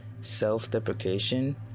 self-deprecation